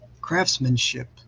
craftsmanship